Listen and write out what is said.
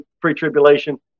Pre-tribulation